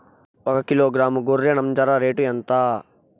ఒకకిలో గ్రాము గొర్రె నంజర రేటు ఎంత?